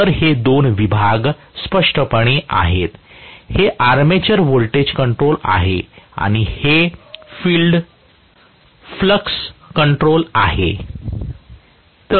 तर हे दोन विभाग स्पष्टपणे आहेत हे आर्मेचर व्होल्टेज कंट्रोल आहे आणि हे फिल्ड फ्लक्स कंट्रोल असेल